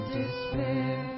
despair